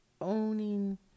owning